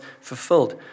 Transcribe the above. fulfilled